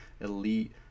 Elite